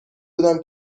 بودم